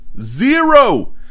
Zero